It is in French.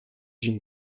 d’une